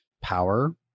power